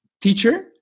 teacher